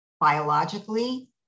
Biologically